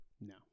No